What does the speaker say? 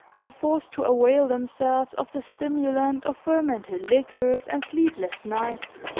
are forced to avail themselves of the stimulant of fermented liquors, and sleepless nights